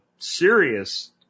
serious